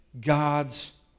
God's